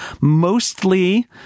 mostly